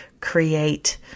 create